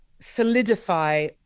solidify